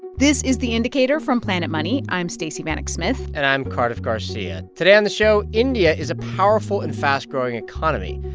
this is the indicator from planet money. i'm stacey vanek smith and i'm cardiff garcia. today on the show, india is a powerful and fast-growing economy,